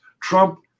Trump